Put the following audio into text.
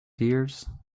dears